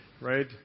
Right